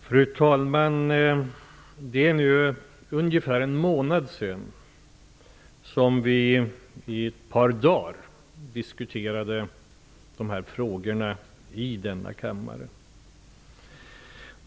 Fru talman! Det är nu ungefär en månad sedan vi i ett par dagar diskuterade de här frågorna i denna kammare.